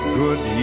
good